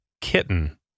kitten